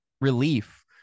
relief